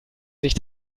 sich